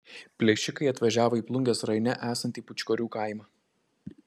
plėšikai atvažiavo į plungės rajone esantį pūčkorių kaimą